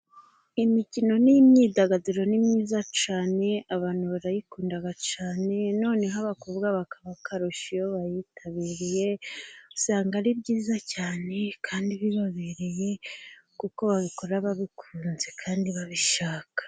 Imikino n'imyidagaduro ni myiza cyane, abantu barayikunda cyane, noneho abakobwa bakaba akarusho, iyo bayitabiriye usanga ari byiza cyane, kandi bibabereye kuko babikora babikunze kandi babishaka.